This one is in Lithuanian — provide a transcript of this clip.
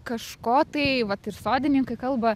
kažko tai vat ir sodininkai kalba